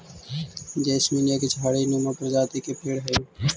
jasmine एक झाड़ी नुमा प्रजाति के पेड़ हई